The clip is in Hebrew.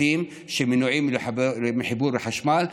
בתים שמנועים מחיבור לחשמל.